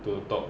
to talk